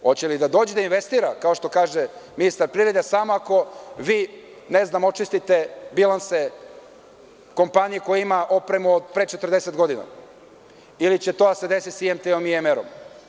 Hoće li da dođe da investira, kao što kaže ministar privrede, samo ako vi očistite bilanse kompanije koja ima opremu od pre 40 godina ili će to da se desi sa IMT-om, IMR-om?